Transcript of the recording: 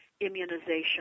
immunization